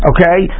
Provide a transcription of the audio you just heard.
Okay